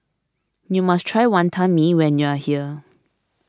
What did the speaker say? you must try Wantan Mee when you are here